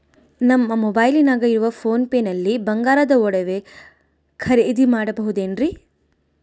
ನಮ್ಮ ಮೊಬೈಲಿನಾಗ ಇರುವ ಪೋನ್ ಪೇ ನಲ್ಲಿ ಬಂಗಾರದ ಒಡವೆ ಖರೇದಿ ಮಾಡಬಹುದೇನ್ರಿ?